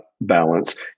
balance